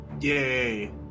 Yay